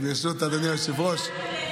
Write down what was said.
ברשות אדוני היושב-ראש,